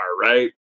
right